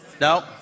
No